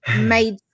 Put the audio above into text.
made